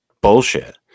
bullshit